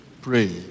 pray